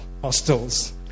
hostels